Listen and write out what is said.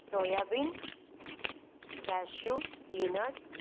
soya beats cashew peanuts